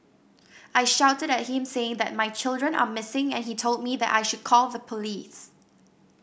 I shouted at him saying that my children are missing and he told me that I should call the police